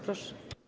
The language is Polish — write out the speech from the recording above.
Proszę.